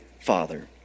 father